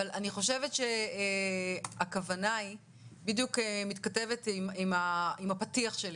אני חושבת שהכוונה בדיוק מתכתבת עם הפתיח שלי